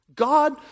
God